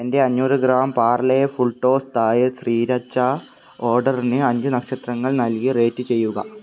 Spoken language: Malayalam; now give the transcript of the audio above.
എന്റെ അഞ്ഞൂറ് gram Parle full toss Thai sriracha ഓർഡറിന് അഞ്ച് നക്ഷത്രങ്ങൾ നൽകി റേറ്റ് ചെയ്യുക